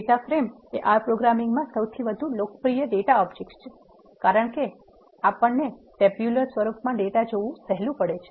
data frame એ R પ્રોગ્રામિંગમાં સૌથી વધુ લોકપ્રિય ડેટા ઓબ્જેક્ત્સ છે કારણ કે આપણણે ટેબ્યુલર સ્વરૂપમાં ડેટા જોવામાં સહેલું પડે છે